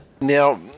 Now